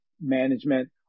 management